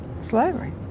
Slavery